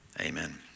amen